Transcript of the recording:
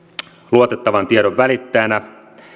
luotettavan tiedon välittäjinä